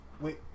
Wait